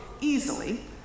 easily